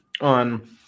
on